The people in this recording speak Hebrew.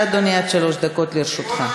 בבקשה, אדוני, עד שלוש דקות לרשותך.